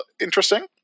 interesting